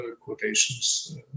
quotations